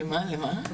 בבקשה.